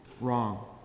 wrong